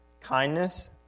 kindness